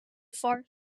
far